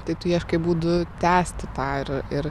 tai tu ieškai būdų tęsti tą ir ir